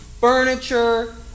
Furniture